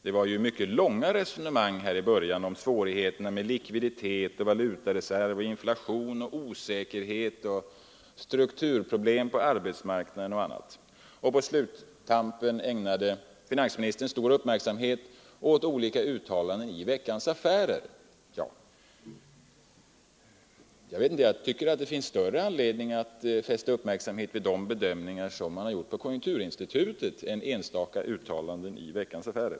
Det var ju mycket långa resonemang i början om svårigheterna i vad gäller likviditet, valutareserv, inflation, osäkerhet, strukturproblem på arbetsmarknaden osv. På sluttampen ägnade finansministern stor upp Om förslag till märksamhet åt olika uttalanden i Veckans Affärer. Jag tycker att det riksdagen rörande finns större anledning att fästa uppmärksamhet vid de bedömningar man = sysselsättningsstödgjort på konjunkturinstitutet än vid enstaka uttalanden i Veckans jande och andra Affärer.